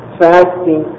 fasting